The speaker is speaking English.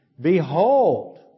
Behold